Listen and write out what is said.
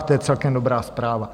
To je celkem dobrá zpráva.